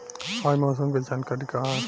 आज मौसम के जानकारी का ह?